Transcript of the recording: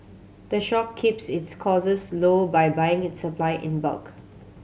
the shop keeps its costs low by buying its supply in bulk